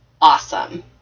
awesome